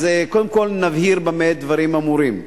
אז קודם כול נבהיר במה דברים אמורים.